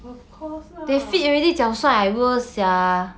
of course lah